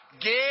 Get